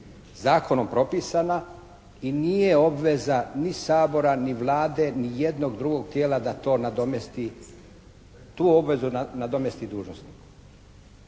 zakonom propisana i nije obveza ni Sabora ni Vlade ni jednog drugog tijela da to nadomjesti, tu